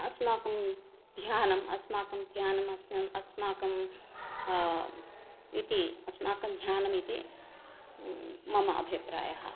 अस्माकं ध्यानम् अस्माकं ध्यानम् अस् अस्माकम् इति इति अस्माकं ध्यानम् इति मम अभिप्रायः